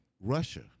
Russia